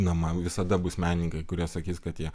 na man visada bus menininkai kurie sakys kad jie